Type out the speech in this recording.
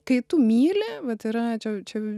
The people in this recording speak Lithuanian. kai tu myli vat yra čia